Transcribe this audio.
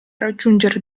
raggiungere